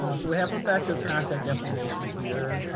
um so we have rebecca's contact information here,